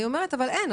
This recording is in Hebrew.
אני אומרת, אבל אין.